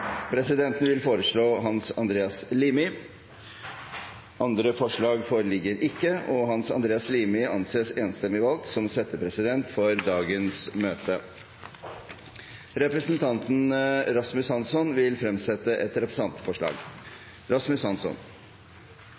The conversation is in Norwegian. Presidenten vil foreslå Hans Andreas Limi. – Andre forslag foreligger ikke, og Hans Andreas Limi anses enstemmig valgt som settepresident for dagens møte. Representanten Rasmus Hansson vil fremsette et representantforslag.